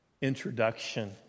introduction